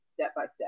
step-by-step